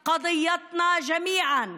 של כולנו,